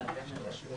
הישיבה